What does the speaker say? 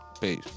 Peace